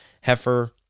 heifer